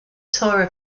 tour